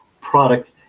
product